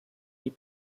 die